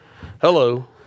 Hello